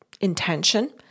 intention